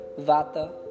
Vata